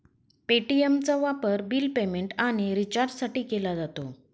पे.टी.एमचा वापर bill payment आणि रिचार्जसाठी केला जातो